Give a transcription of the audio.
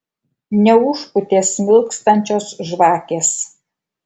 neužpūtė smilkstančios žvakės